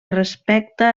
respecta